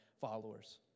followers